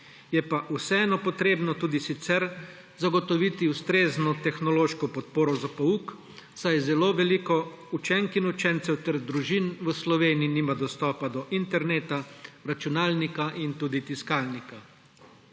Je pa vseeno potrebno tudi sicer zagotoviti ustrezno tehnološko podporo za pouk, saj zelo veliko učenk in učencev ter družin v Sloveniji nima dostopa do interneta, računalnika in tudi tiskalnika.